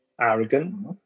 arrogant